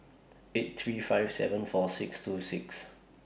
eight three five seven four six two six